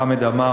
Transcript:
חמד עמאר,